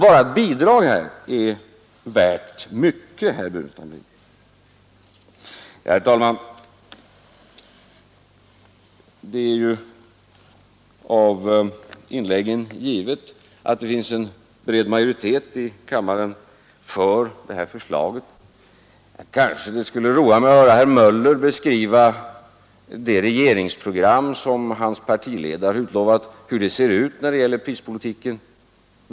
Bara ett bidrag här är värt mycket, herr Burenstam Linder. Herr talman! Av inläggen att döma finns en bred majoritet i kammaren för det här förslaget. Det skulle emellertid roa mig att höra herr Möller beskriva hur det regeringsprogram som hans partiledare utlovat ser ut när det gäller prispolitiken.